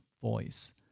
voice